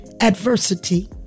adversity